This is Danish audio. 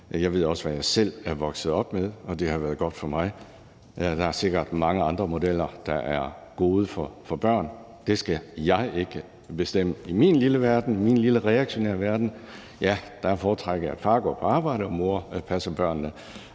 jeg ved også, at jeg selv er vokset op med det, og at det har været godt for mig. Der er sikkert mange andre modeller, der er gode for børn – det skal jeg ikke bestemme. I min lille, reaktionære verden foretrækker jeg, at far går på arbejde, og at mor passer børnene.